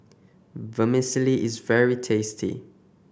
vermicelli is very tasty